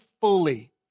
fully